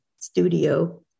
studio